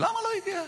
למה לא הגיע?